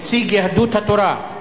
נציג יהדות התורה.